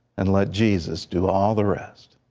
and let jesus do all the rest.